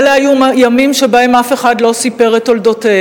אלה היו ימים שבהם אף אחד לא סיפר את תולדותיהם,